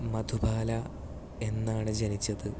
മധുബാല എന്നാണ് ജനിച്ചത്